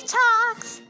talks